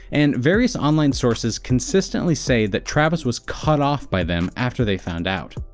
and various online sources consistently say that travis was cut off by them after they found out.